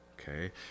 Okay